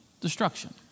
destruction